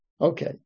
Okay